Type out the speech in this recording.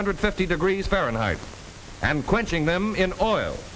hundred fifty degrees fahrenheit and quenching them in oil